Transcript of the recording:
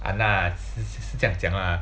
!hanna! 是是这样讲 lah